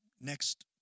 next